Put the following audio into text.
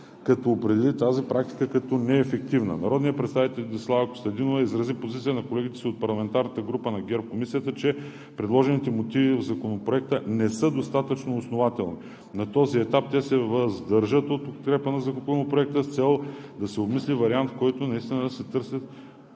като определи тази практика като неефективна. Народният представител Десислава Костадинова изрази позицията на колегите си от парламентарната група на ГЕРБ в Комисията, че предложените мотиви в Законопроекта не са достатъчно основателни. На този етап те се въздържат от подкрепа на Законопроекта с цел да се обмисли вариант, в който наистина да се търси